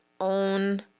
own